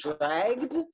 dragged